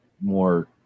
more